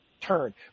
turn